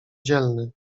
dzielny